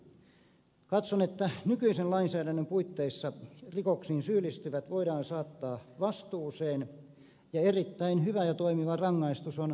katson että nykyisen lainsäädännön puitteissa rikoksiin syyllistyvät voidaan saattaa vastuuseen ja erittäin hyvä ja toimiva rangaistus on metsästyskielto